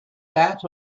that